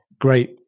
great